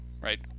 right